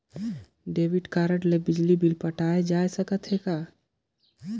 Debit card ले बिजली bill पटाय जा सकथे कौन?